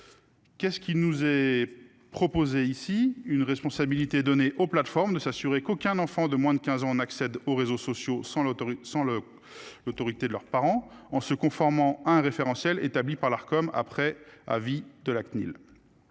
Qu'est-ce qui nous est proposé ici une responsabilité donnée aux plateformes de s'assurer qu'aucun enfant de moins de 15 ans, on accède aux réseaux sociaux sans l'autoroute sans le. L'autorité de leurs parents en se conformant un référentiel établi par l'Arcom après avis de la CNIL.